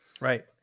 Right